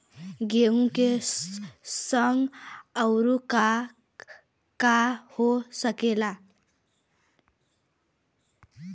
गेहूँ के संगे आऊर का का हो सकेला?